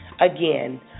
Again